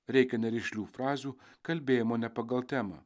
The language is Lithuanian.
reikia nerišlių frazių kalbėjimo ne pagal temą